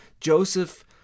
Joseph